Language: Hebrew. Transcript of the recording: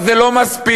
אבל זה לא מספיק.